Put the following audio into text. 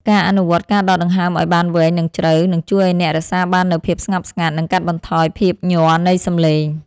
ការអនុវត្តការដកដង្ហើមឱ្យបានវែង និងជ្រៅ នឹងជួយឱ្យអ្នករក្សាបាននូវភាពស្ងប់ស្ងាត់ និងកាត់បន្ថយភាពញ័រនៃសម្លេង។